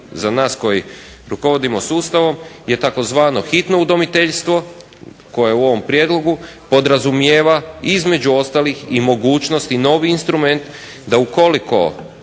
za nas koji rukovodimo sustav je tzv. hitno udomiteljstvo koje u ovom prijedlogu podrazumijeva između ostalih i mogućnost i novi instrument da ukoliko